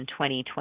2020